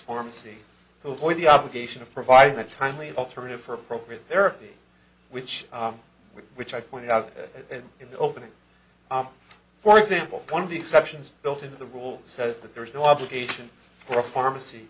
pharmacy who point the obligation of providing a timely alternative for appropriate therapy which which i pointed out in the opening for example one of the exceptions built into the rule says that there is no obligation for a pharmacy